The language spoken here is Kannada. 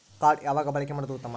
ಕಾರ್ಡ್ ಯಾವಾಗ ಬಳಕೆ ಮಾಡುವುದು ಉತ್ತಮ?